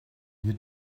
you